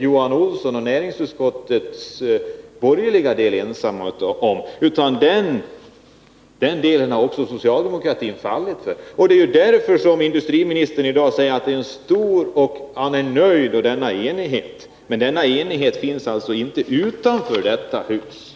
Johan Olsson och näringsutskottets borgerliga del är inte ensamma om sitt ställningstagande. Också socialdemokratin har fallit när det gäller den här delen. Det är därför som industriministern i dag säger att han är nöjd med enigheten. Men denna enighet finns inte utanför detta hus.